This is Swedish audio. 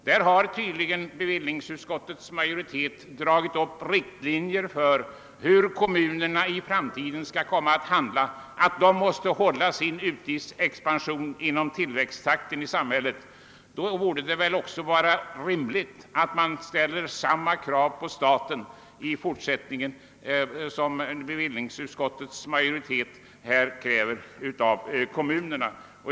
Här har tydligen bevillningsutskottets majoritet dragit upp riktlinjer för hur kommunerna skall handla i framtiden. De måste alltså anpassa sin utgiftsexpansion till tillväxttakten inom samhällsekonomin. Det borde väl anses rimligt, att man i fortsättningen ställer samma krav på staten som bevillningsutskottet gör på kommunerna.